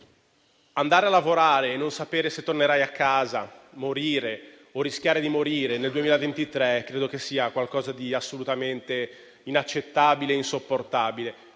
andare a lavorare e non sapere se tornerai a casa, morire o rischiare di morire nel 2023 credo che sia qualcosa di assolutamente inaccettabile e insopportabile.